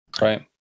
Right